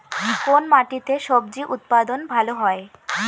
কোন মাটিতে স্বজি উৎপাদন ভালো হয়?